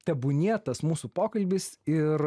tebūnie tas mūsų pokalbis ir